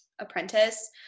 apprentice